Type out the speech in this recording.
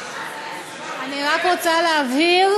רק רוצה להבהיר: